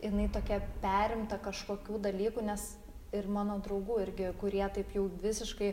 jinai tokia perimta kažkokių dalykų nes ir mano draugų irgi kurie taip jau visiškai